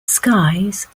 skies